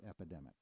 epidemic